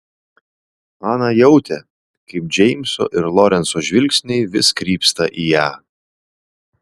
ana jautė kaip džeimso ir lorenco žvilgsniai vis krypsta į ją